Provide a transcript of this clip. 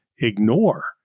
ignore